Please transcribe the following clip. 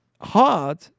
hard